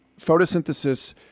photosynthesis